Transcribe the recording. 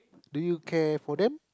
do you care for them